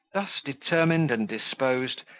thus determined and disposed,